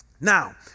Now